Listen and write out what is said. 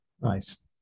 Nice